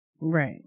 Right